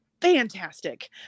fantastic